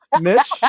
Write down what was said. mitch